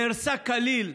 הטיילת נהרסה כליל,